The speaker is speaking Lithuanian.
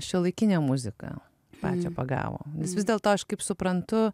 šiuolaikinė muzika pačią pagavo nes vis dėlto aš kaip suprantu